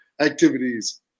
activities